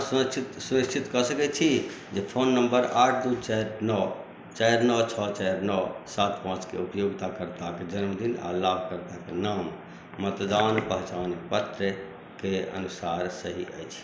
की अहाँ सुनिश्चित सुनिश्चित कऽ सकैत छी जे फोन नम्बर आठ दू चारि नओ चारि नओ छओ चारि नओ सात पाँचके उपयोगकर्ताक जन्मदिन आ लाभकर्ताक नाम मतदान पहचानपत्रके अनुसार सही अछि